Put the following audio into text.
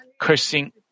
cursing